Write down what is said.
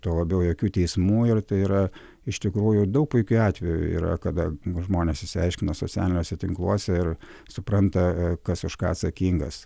tuo labiau jokių teismų ir tai yra iš tikrųjų daug puikių atvejų yra kada žmonės išsiaiškino socialiniuose tinkluose ir supranta kas už ką atsakingas